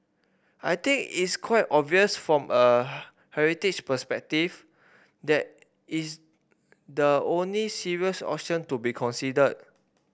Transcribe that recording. I think it's quite obvious from a heritage perspective that is the only serious option to be considered